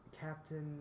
Captain